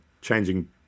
changing